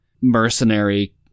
mercenary